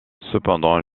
cependant